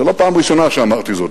זאת לא הפעם הראשונה שאמרתי זאת,